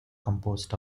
composed